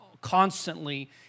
constantly